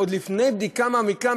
עוד לפני בדיקה מעמיקה,